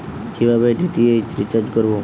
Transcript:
কিভাবে DTH recharge করব?